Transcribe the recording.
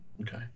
Okay